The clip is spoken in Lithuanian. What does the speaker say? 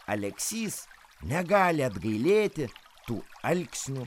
aleksys negali atgailėti tų alksnių